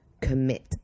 commit